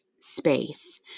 space